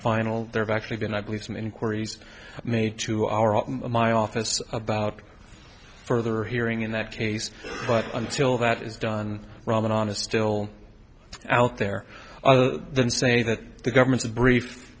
final there have actually been i believe some inquiries made to our often to my office about further hearing in that case but until that is done ramadan is still out there than say that the government's brief